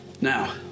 Now